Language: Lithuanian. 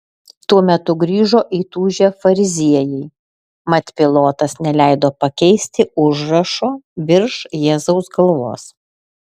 tuo metu grįžo įtūžę fariziejai mat pilotas neleido pakeisti užrašo virš jėzaus galvos